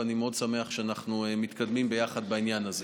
ואני מאוד שמח שאנחנו מתקדמים ביחד בעניין הזה.